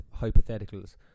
hypotheticals